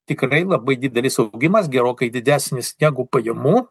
tikrai labai didelis augimas gerokai didesnis negu pajamų